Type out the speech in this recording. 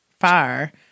fire